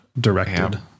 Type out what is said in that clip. directed